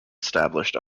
established